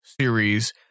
series